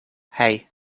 hey